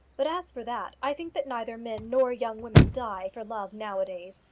but as for that, i think that neither men nor young women die for love now-a-days.